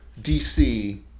DC